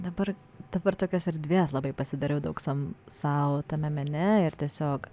dabar dabar tokios erdvės labai pasidariau daug sau tame mene ir tiesiog